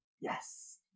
Yes